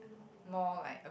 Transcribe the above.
more like